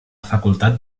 facultat